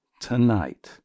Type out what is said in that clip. Tonight